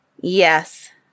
Yes